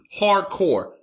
Hardcore